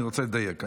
ואני רוצה לדייק.